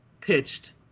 pitched